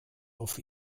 auf